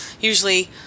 usually